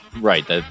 Right